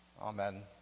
Amen